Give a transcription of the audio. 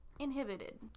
Inhibited